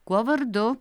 kuo vardu